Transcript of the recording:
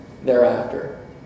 thereafter